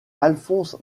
alphonse